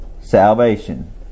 Salvation